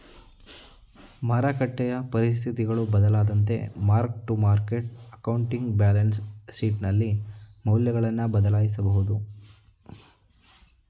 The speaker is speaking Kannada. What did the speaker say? ಮಾರಕಟ್ಟೆಯ ಪರಿಸ್ಥಿತಿಗಳು ಬದಲಾದಂತೆ mark to market accounting balance ಶೀಟ್ನಲ್ಲಿ ಮೌಲ್ಯಗಳನ್ನು ಬದಲಾಯಿಸಬಹುದು